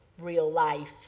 real-life